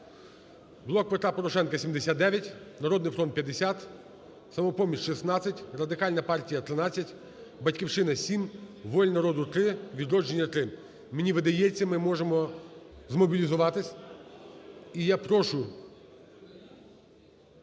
"Блок Петра Порошенка" – 79, "Народний фронт" – 50, "Самопоміч" – 16, Радикальна партія – 13, "Батьківщина" – 7, "Воля народу" – 3, "Відродження" – 3. Мені видається ми можемо змобілізуватись,